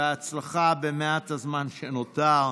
בהצלחה במעט הזמן שנותר.